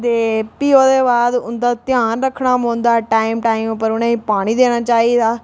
ते भी ओह्दे बाद ओह्दा ध्यान रक्खना पौंदा टाइम टाइम पर उ'नें गी पानी देना चाहिदा